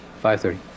Five-thirty